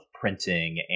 printing